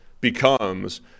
becomes